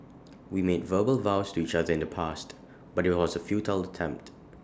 we made verbal vows to each other in the past but IT was A futile attempt